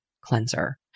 cleanser